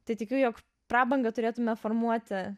tai tikiu jog prabangą turėtume formuoti